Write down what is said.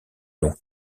l’ont